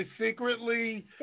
secretly